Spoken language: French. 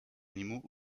animaux